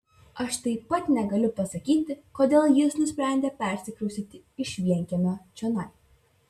aš taip pat negaliu pasakyti kodėl jis nusprendė persikraustyti iš vienkiemio čionai